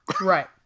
right